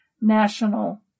national